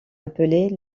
appelés